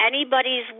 anybody's